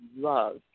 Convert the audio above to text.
love